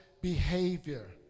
behavior